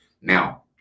Now